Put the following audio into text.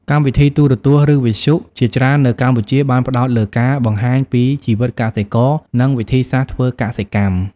កម្មវិធីទូរទស្សន៍ ឬវិទ្យុជាច្រើននៅកម្ពុជាបានផ្តោតលើការបង្ហាញពីជីវិតកសិករ និងវិធីសាស្ត្រធ្វើកសិកម្ម។